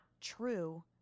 true